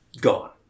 gone